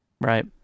right